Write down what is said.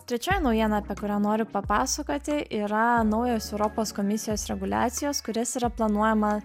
trečioji naujiena apie kurią noriu papasakoti yra naujos europos komisijos reguliacijos kurias yra planuojama